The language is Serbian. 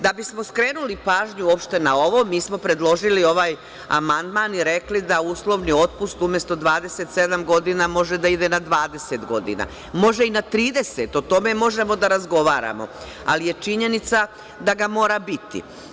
Da bismo skrenuli pažnju uopšte na ovo mi smo predložili ovaj amandman i rekli da uslovni otpust umesto 27 godina može da ide na 20 godina, može i na 30, o tome možemo da razgovaramo, ali je činjenica da ga mora biti.